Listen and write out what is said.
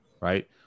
right